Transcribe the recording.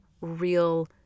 real